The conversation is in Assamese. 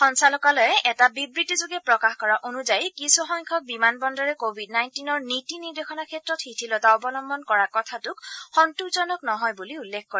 সঞ্চালকালয়ে এটা বিবৃতিযোগে প্ৰকাশ কৰা অনুযায়ী কিছুসংখ্যক বিমান বন্দৰে কোৱিড নাইণ্টিনৰ নীতি নিৰ্দেশনাৰ ক্ষেত্ৰত শিথিলতা অৱলম্বন কৰা কথাটোক সন্তোষজনক নহয় বুলি উল্লেখ কৰে